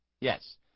Yes